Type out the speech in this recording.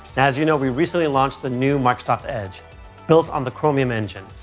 as you know, we recently launched the new microsoft edge built on the chromium engine,